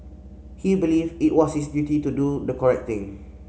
he believed it was his duty to do the correct thing